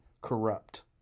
corrupt